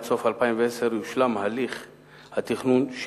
עד סוף 2010 יושלם הליך התכנון,